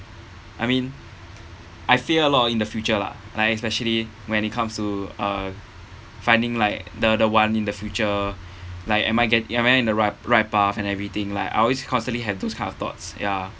I mean I fear a lot in the future lah like especially when it comes to uh finding like the the one in the future like am I get am I in the right right path and everything like I always constantly have those kind of thoughts ya